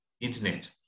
internet